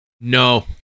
No